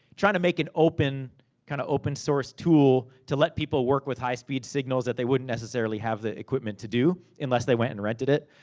trying to make an open kind of open source tool, to let people work with high-speed signals, that they wouldn't necessarily have the equipment to do. unless, they went and rented it.